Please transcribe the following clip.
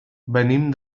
venim